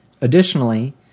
additionally